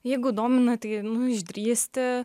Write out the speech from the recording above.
jeigu domina tai išdrįsti